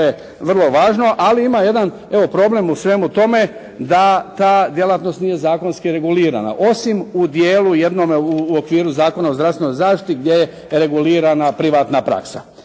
To je vrlo važno, ali ima jedan evo problem u svemu tome da ta djelatnost nije zakonski regulirana osim u dijelu jednome u okviru Zakona o zdravstvenoj zaštiti gdje je regulirana privatna praksa.